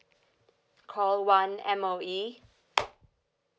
call one M_O_E